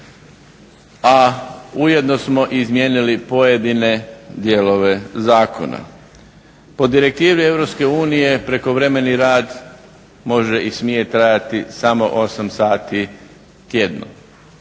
a ujedno smo izmijenili pojedine dijelove zakona. Po direktivi EU prekovremeni rad može i smije trajati samo 8 sati tjedno.